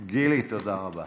גילי, תודה רבה.